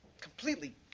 completely